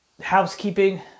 Housekeeping